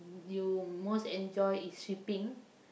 you most enjoy is sweeping